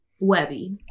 Webby